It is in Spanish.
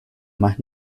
más